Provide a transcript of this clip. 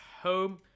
home